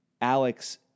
Alex